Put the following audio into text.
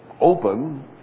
open